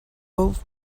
both